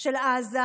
של עזה,